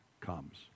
comes